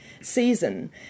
season